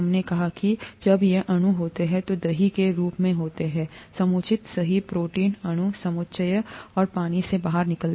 हमने कहा कि जब ये अणु होते हैं तो दही के रूप में होते हैं समुचित सही प्रोटीन अणु समुच्चय और पानी से बाहर निकलते हैं